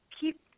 keep –